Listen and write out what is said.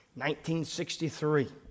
1963